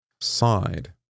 side